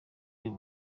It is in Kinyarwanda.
uyu